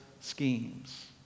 schemes